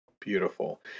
Beautiful